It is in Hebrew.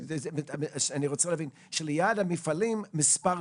אני מתאר לעצמי שהיום זה קצת